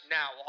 now